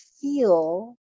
feel